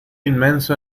inmenso